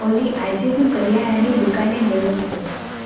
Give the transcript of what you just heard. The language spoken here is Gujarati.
ઓલી આજે હું કરિયાણાની દુકાને ગયો હતો